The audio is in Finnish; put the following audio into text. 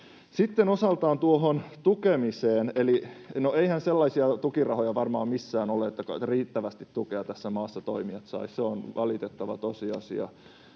Sitten osaltaan tuohon tukemiseen. No, eihän sellaisia tukirahoja varmaan missään ole, että riittävästi tukea tässä maassa toimijat saisivat, se on valitettava tosiasia.